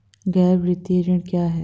गैर वित्तीय ऋण क्या है?